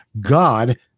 God